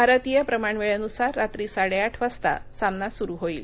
भारतीय प्रमाण वेळेन्सार रात्री साडे आठ वाजता सामना सुरू होईल